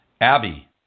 Abby